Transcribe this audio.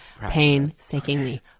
painstakingly